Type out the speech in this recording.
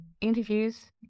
interviews